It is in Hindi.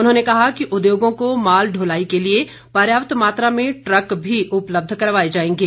उन्होंने कहा कि उद्योगों को माल दुलाई के लिए पर्याप्त मात्रा में ट्रक भी उपलब्ध करवाए जाएंगे